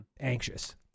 anxious